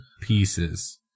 pieces